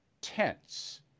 tense